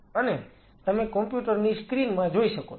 અને તમે કોમ્પ્યુટર ની સ્ક્રીન માં જોઈ શકો છો